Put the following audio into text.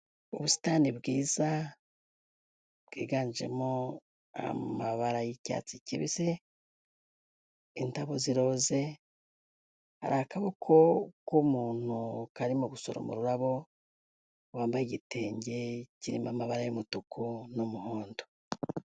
Ubusitani bwiza, bwiganjemo amabara y'icyatsi kibisi, indabo z'iroze, hari akaboko k'umuntu karimo gusoroma ururabo, wambaye igitenge kirimo amabara y'umutuku n'umuhondo.